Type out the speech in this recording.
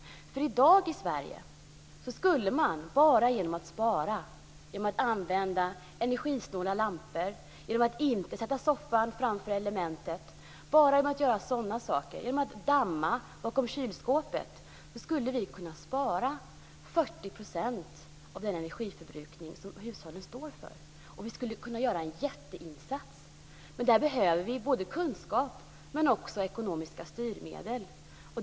I dag skulle vi i Sverige bara genom att spara och genom att använda energisnåla lampor, genom att inte sätta soffan framför elementet och genom att damma bakom kylskåpet kunna spara 40 % av den energi som hushållen förbrukar, och vi skulle kunna göra en jätteinsats. Men för detta behöver vi både kunskap och ekonomiska styrmedel.